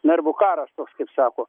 nervų karas toks kaip sako